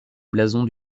blason